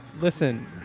listen